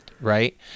right